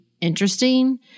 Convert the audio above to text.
interesting